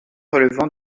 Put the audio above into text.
relevant